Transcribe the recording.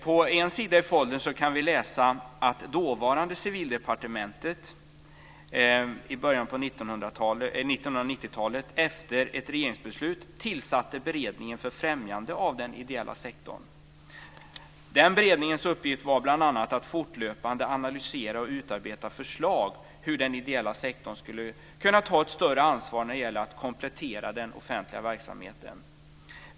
På en sida i foldern kan vi läsa att dåvarande Civildepartementet i början av 1990-talet efter ett regeringsbeslut tillsatte Beredningen för främjande av den ideella sektorn. Denna berednings uppgift var bl.a. att fortlöpande analysera och utarbeta förslag om hur den ideella sektorn skulle kunna ta ett större ansvar när det gäller att komplettera den offentliga verksamheten.